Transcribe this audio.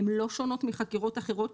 הן לא שונות מחקירות אחרות